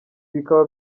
bikaba